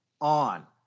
on